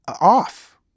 off